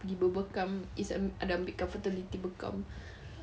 pergi berbekam izz err ada ambil bekam